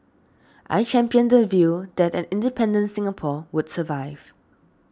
I championed the view that an independent Singapore would survive